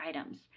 items